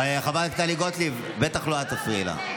חברת הכנסת טלי גוטליב, בטח לא את תפריעי לה.